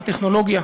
בטכנולוגיה,